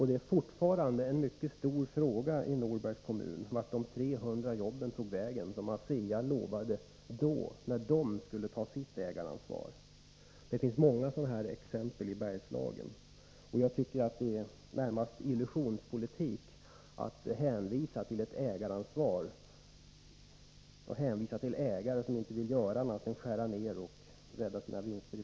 Det är fortfarande en mycket stor fråga i Norbergs kommun, vart de 300 jobb tog vägen som ASEA utlovade, när ASEA vid det tillfället skulle ta sitt ägaransvar. Det finns många sådana här exempel i Bergslagen, och jag tycker att det närmast är illusionspolitik att i detta sammanhang hänvisa till ett ägaransvar — hänvisa till ägare som inte vill göra annat än skära ner och i första hand rädda sina vinster.